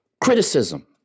criticism